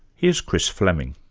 here's chris fleming.